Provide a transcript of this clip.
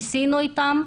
ניסינו איתם אבל